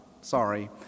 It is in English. Sorry